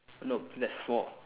no there's four